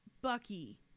Bucky